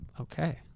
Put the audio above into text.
Okay